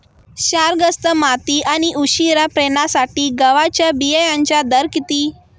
क्षारग्रस्त माती आणि उशिरा पेरणीसाठी गव्हाच्या बियाण्यांचा दर किती?